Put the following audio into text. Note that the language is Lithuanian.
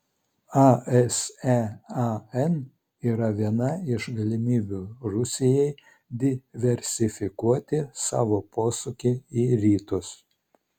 asean yra viena iš galimybių rusijai diversifikuoti savo posūkį į rytus